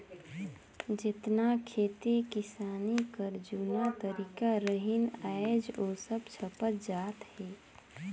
जेतना खेती किसानी कर जूना तरीका रहिन आएज ओ सब छपत जात अहे